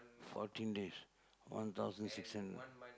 fourteen days one thousand six hundred